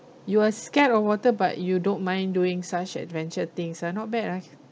you are scared of water but you don't mind doing such adventure things ah not bad ah